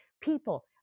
people